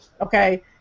okay